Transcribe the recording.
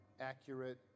accurate